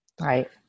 Right